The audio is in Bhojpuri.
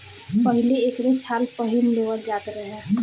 पहिले एकरे छाल पहिन लेवल जात रहे